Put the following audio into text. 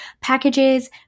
packages